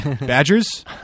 Badgers